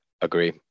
agree